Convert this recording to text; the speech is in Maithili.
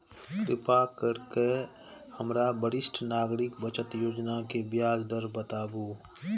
कृपा करके हमरा वरिष्ठ नागरिक बचत योजना के ब्याज दर बताबू